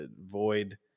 void